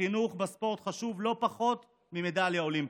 החינוך בספורט חשוב לא פחות ממדליה אולימפית.